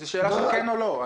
זה שאלה של כן או לא.